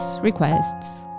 requests